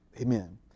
Amen